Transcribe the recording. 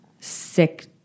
sick